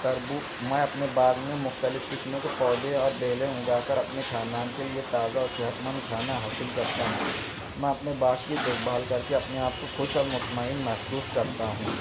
تبو میں اپنے باغ میں مختلف قسم کے پودے اور بیلیں اگا کر اپنے خاندان کے لئے تازہ اور صحت مند کھانا حاصل کرتا ہوں میں اپنے باغ کی دیکھ بھال کر کے اپنے آپ کو خوش اور مطمئن محسوس کرتا ہوں